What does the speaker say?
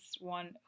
one